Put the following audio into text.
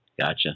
gotcha